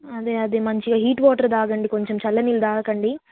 అదే అదే మంచిగా హీట్ వాటర్ తాగండి కొంచెం చల్ల నీళ్ళు తాగకండి